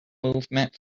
movement